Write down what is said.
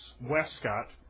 Westcott